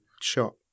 shot